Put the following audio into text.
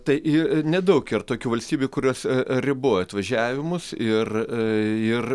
tai yr nedaug yra tokių valstybių kurios riboja atvažiavimus ir ir